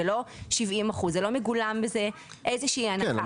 ולא 70%. לא מגולמת בזה איזו שהיא הנחה.